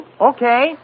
Okay